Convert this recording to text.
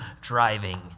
driving